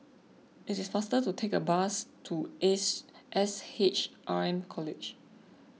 it is faster to take a bus to Ace S H R M College